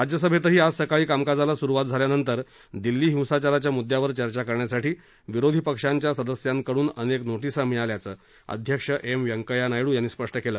राज्यसभेतही आज सकाळी कामकाजाला सुरुवात झाल्यानंतर दिल्ली हिंसाचाराच्या मुद्द्यावर चर्चा करण्यासाठी विरोधी पक्षांच्या सदस्यांकडून अनेक नोटीसा मिळाल्याचं अध्यक्ष एम व्यंकैय्या नायडू यांनी स्पष्ट केलं